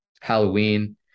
Halloween